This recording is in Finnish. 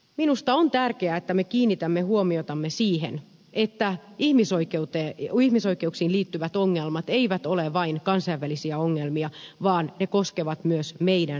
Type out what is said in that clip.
minusta on tärkeää että me kiinnitämme huomiotamme siihen että ihmisoikeuksiin liittyvät ongelmat eivät ole vain kansainvälisiä ongelmia vaan ne koskevat myös meidän takapihaamme